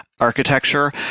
architecture